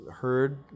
heard